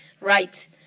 right